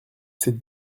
cette